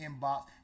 inbox